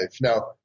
Now